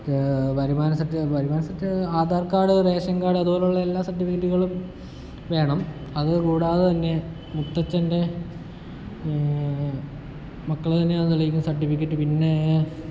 വരുമാന സർട്ട് വരുമാന certificate Aadhaar card ration card അതുപോലുള്ള എല്ലാ സർട്ടിഫിക്കറ്റുകളും വേണം അത് കൂടാതെ തന്നെ മുത്തച്ഛൻ്റെ മക്കൾ തന്നെയാന്ന് തെളിയിക്കുന്ന സർട്ടിഫിക്കറ്റ് പിന്നെ